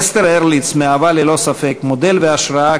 אסתר הרליץ הייתה ללא ספק מודל והשראה,